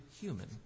human